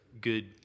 good